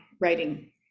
writing